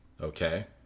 Okay